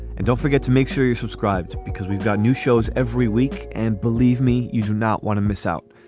and don't forget to make sure you subscribe to because we've got new shows every week. and believe me, you do not want to miss out.